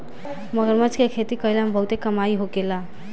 मगरमच्छ के खेती कईला में बहुते कमाई होखेला